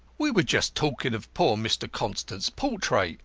we were just talking of poor mr. constant's portrait,